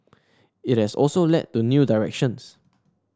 it has also led to new directions